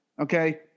okay